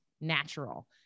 natural